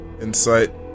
insight